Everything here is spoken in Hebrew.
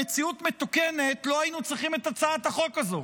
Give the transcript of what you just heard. במציאות מתוקנת לא היינו צריכים את הצעת החוק הזאת,